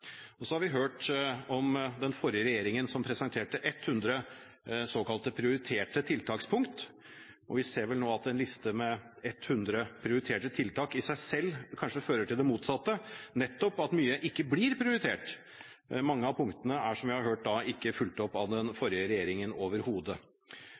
Så har vi hørt at den forrige regjeringen presenterte 100 såkalte prioriterte tiltakspunkt. Vi ser vel nå at en liste med 100 prioriterte tiltak i seg selv kanskje fører til det motsatte, nettopp at mye ikke blir prioritert. Mange av punktene er, som vi har hørt, ikke fulgt opp av den